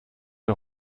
der